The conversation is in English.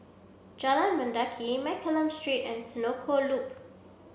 Jalan Mendaki Mccallum Street and Senoko Loop